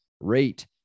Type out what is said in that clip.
rate